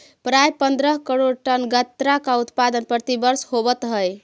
प्रायः पंद्रह करोड़ टन गन्ना का उत्पादन प्रतिवर्ष होवत है